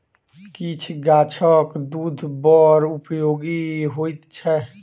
किछ गाछक दूध बड़ उपयोगी होइत छै